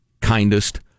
kindest